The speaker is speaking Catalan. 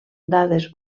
dades